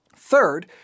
Third